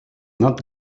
not